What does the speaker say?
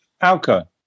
alka